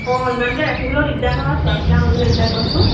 অঁ ইমানকৈ ৰাখিবলৈও দিগদাৰ নহয় চোৱাচিতা কৰিবলৈ এইবিলাক বস্তু